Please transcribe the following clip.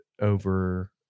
over